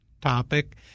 Topic